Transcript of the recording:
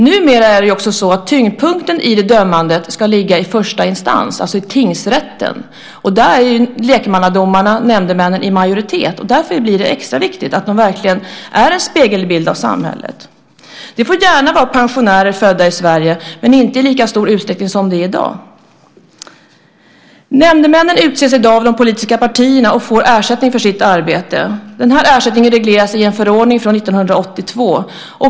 Numera ska dessutom tyngdpunkten i dömandet ligga i första instans, alltså i tingsrätten, och där är lekmannadomarna, nämndemännen, i majoritet. Därför blir det extra viktigt att de verkligen är en spegelbild av samhället. De får gärna vara pensionärer födda i Sverige men inte i lika stor utsträckning som i dag. Nämndemännen utses av de politiska partierna och får ersättning för sitt arbete. Den ersättningen regleras i en förordning från 1982.